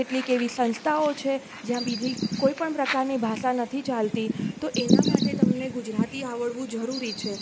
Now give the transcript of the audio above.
કેટલી એવી સંસ્થાઓ છે જ્યાં બીજી કોઈ પણ પ્રકારની ભાષા નથી ચાલતી તો એના માટે તમને ગુજરાતી આવડવું જરૂરી છે